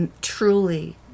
truly